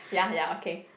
ya ya okay